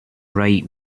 right